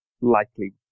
likely